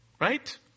Right